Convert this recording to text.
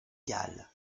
gale